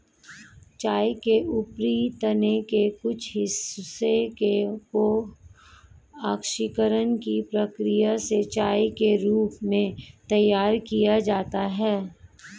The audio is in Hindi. चाय के ऊपरी तने के कुछ हिस्से को ऑक्सीकरण की प्रक्रिया से चाय के रूप में तैयार किया जाता है